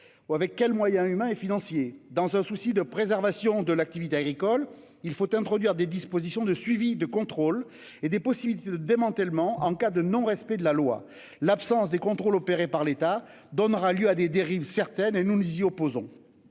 Avec quels moyens humains et financiers ? Dans un souci de préservation de l'activité agricole, il faut introduire des dispositions de suivi et de contrôle, ainsi que des possibilités de démantèlement en cas de non-respect de la loi. L'absence de contrôles opérés par l'État donnera lieu sans aucun doute à des dérives ; nous nous y opposons.